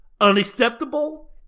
unacceptable